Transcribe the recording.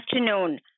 afternoon